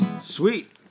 Sweet